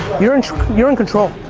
you're and you're in control.